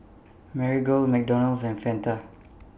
Marigold McDonald's and Fanta